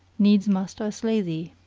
needs must i slay thee.